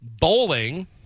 bowling